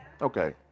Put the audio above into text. Okay